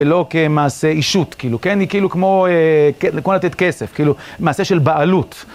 ולא כמעשה אישות, כאילו, כן? היא כאילו כמו, כמו לתת כסף, כאילו, מעשה של בעלות.